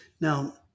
now